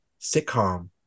sitcom